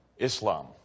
Islam